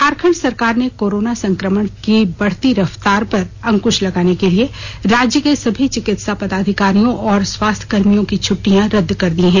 झारखंड सरकार ने कोरोना संकमण की बढ़ती रफ्तार पर अंकृश लगाने के लिए राज्य के सभी चिकित्सा पदाधिकारियों और स्वास्थ्य कर्मियों की छ्टिटयां रदद कर दी है